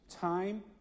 time